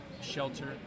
shelter